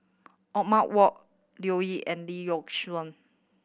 Othman Wok Leo Yip and Lee Yock Suan